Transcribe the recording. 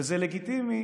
וזה לגיטימי,